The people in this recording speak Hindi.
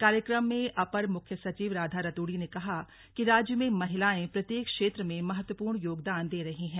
कार्यक्रम में अपर मुख्य सचिव राधा रतूड़ी ने कहा कि राज्य में महिलाएं प्रत्येक क्षेत्र में महत्वपूर्ण योगदान दे रही हैं